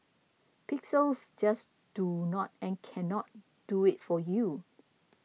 pixels just do not and cannot do it for you